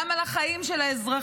גם על החיים של האזרחים,